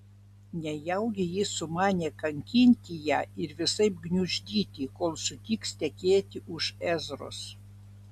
nejaugi jis sumanė kankinti ją ir visaip gniuždyti kol sutiks tekėti už ezros